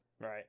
right